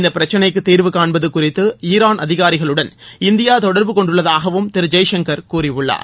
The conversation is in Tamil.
இந்தப் பிரச்னைக்குத் தீர்வு காண்பது குறித்து ஈரான் அதிகாரிகளுடன் இந்தியா தொடர்பு கொண்டுள்ளதாகவும் திரு ஜெய்சங்கர் கூறியுள்ளார்